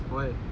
why